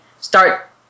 start